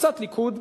קצת ליכוד,